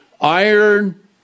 iron